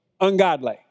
ungodly